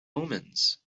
omens